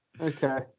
Okay